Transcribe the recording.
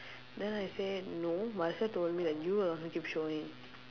then I say no marcia told me that you were the one who keep showing